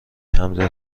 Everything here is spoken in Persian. تمبر